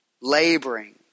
laboring